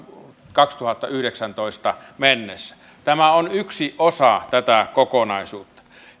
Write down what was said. kaksituhattayhdeksäntoista mennessä tämä on yksi osa tätä kokonaisuutta